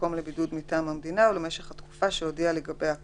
במקום לבידוד מטעם המדינה ולמשך התקופה שהודיע לגביה כאמור.